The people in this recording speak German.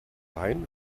rhein